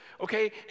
okay